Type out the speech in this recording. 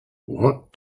what